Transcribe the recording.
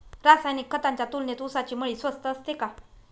रासायनिक खतांच्या तुलनेत ऊसाची मळी स्वस्त असते का?